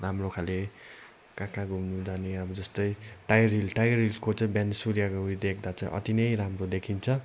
राम्रो खाले कहाँ कहाँ घुम्नु जाने अब जस्तै टाइगर हिल टाइगर हिलको चाहिँ बिहान सूर्यको उयो देख्दा चाहिँ अति नै राम्रो देखिन्छ